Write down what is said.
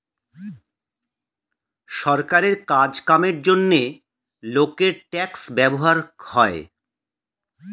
সরকারের কাজ কামের জন্যে লোকের ট্যাক্স ব্যবহার হয়